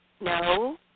no